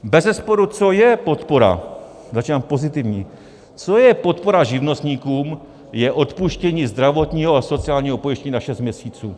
Bezesporu co je podpora začínám pozitivně co je podpora živnostníkům, je odpuštění zdravotního a sociálního pojištění na šest měsíců.